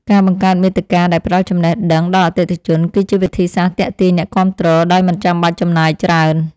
ការបង្កើតមាតិកាដែលផ្ដល់ចំណេះដឹងដល់អតិថិជន គឺជាវិធីសាស្ត្រទាក់ទាញអ្នកគាំទ្រដោយមិនបាច់ចំណាយច្រើន។